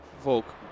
Volk